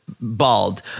Bald